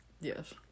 Yes